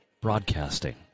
broadcasting